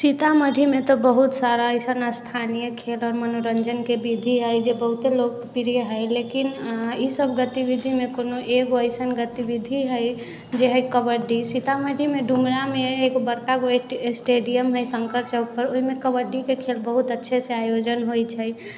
सीतामढ़ीमे तऽ बहुत सारा अइसन स्थानीय खेल आओर मनोरञ्जनके विधि हय जे बहुते लोकप्रिये हय लेकिन अहाँ ई सभ गतिविधिमे कोनो एगो अइसन गतिविधि हय जे हय कबड्डी सीतामढ़ीमे डुमरामे एक बड़कागो स्टे स्टेडियम हय शङ्कर चौकपर ओइमे कबड्डीके खेल बहुत अच्छासँ आयोजन होइ छै